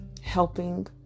helping